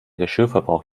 geschirrverbrauch